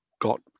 got